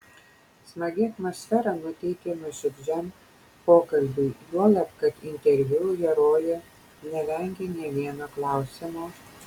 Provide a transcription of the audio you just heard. smagi atmosfera nuteikė nuoširdžiam pokalbiui juolab kad interviu herojė nevengė nė vieno klausimo